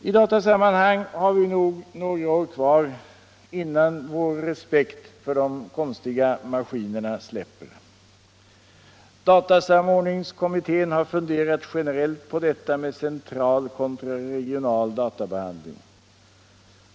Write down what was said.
I datasammanhang har vi nog några år kvar innan vår respekt för de konstiga maskinerna släpper. Datasamordningskommittén har funderat generellt på detta med central kontra regional databehandling.